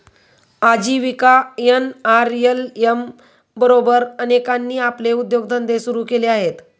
आजीविका एन.आर.एल.एम बरोबर अनेकांनी आपले उद्योगधंदे सुरू केले आहेत